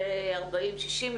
ל-40:60,